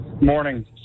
Morning